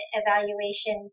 evaluation